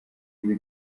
ibi